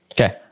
Okay